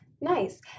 Nice